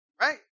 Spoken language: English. Right